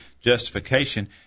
justification